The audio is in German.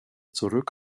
zurück